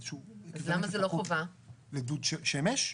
אבל שהיא אקוויוולנטית לפחות לדוד שמש.